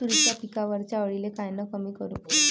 तुरीच्या पिकावरच्या अळीले कायनं कमी करू?